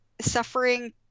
suffering